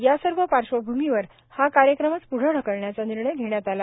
यासर्व पार्श्वभूमीवर हा कार्यक्रमच प्ढं ढकलण्याचा निर्णय घेण्यात आला